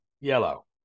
yellow